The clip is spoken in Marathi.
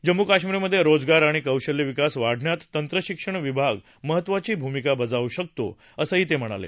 जम्मू कश्मीरमधे रोजगार आणि कौशल्य विकास वाढण्यात तंत्रशिक्षण विभाग महत्त्वाची भूमिका बजावू शकतो असं ते म्हणाले